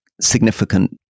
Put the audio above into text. significant